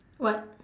what